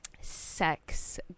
sex